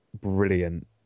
brilliant